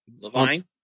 Levine